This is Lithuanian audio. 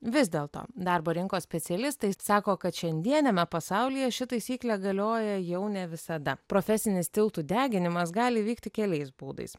vis dėlto darbo rinkos specialistai sako kad šiandieniame pasaulyje ši taisyklė galioja jau ne visada profesinis tiltų deginimas gali vykti keliais būdais